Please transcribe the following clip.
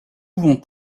vont